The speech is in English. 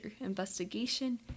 Investigation